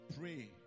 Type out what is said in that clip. pray